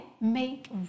make